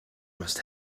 must